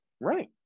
Right